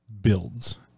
builds